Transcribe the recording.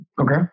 Okay